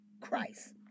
Christ